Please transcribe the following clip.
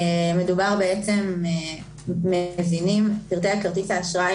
מדובר מזינים את פרטי כרטיס האשראי.